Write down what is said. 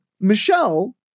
Michelle